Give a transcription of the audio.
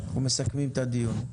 אנחנו מסכמים את הדיון.